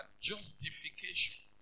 justification